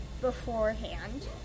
beforehand